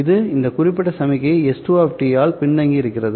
இது இந்த குறிப்பிட்ட சமிக்ஞை S2 ஆல் பின்தங்கியிருக்கிறது